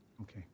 Okay